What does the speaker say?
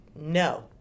No